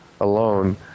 alone